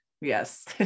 Yes